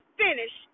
finish